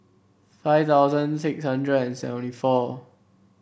five thousand six hundred and seventy four